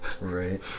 right